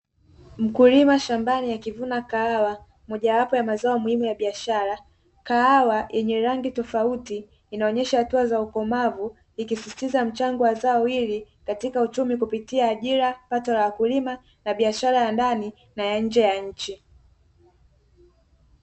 Mkulima shambani akivuna kahawa mojawapo ya mazao muhimu ya biashara, kahawa yenye rangi tofauti inaonyesha hatua za ukomavu ikisisitiza mchango wa zao hili katika uchumi kupitia ajira, pato la wakulima na biashara ya ndani na ya nje ya nchi.